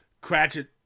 Cratchit